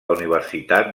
universitat